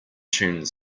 tune